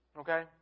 Okay